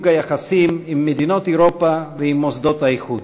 היחסים עם מדינות אירופה ועם מוסדות האיחוד,